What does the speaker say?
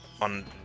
on